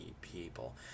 people